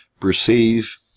perceive